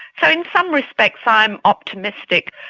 so in some respects i am optimistic.